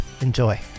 Enjoy